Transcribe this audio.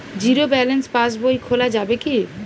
Zero balance পাশ বই খোলা যাবে কি?